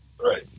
Right